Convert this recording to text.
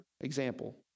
example